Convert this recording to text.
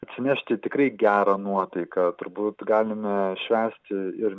atsinešti tikrai gerą nuotaiką turbūt galime švęsti ir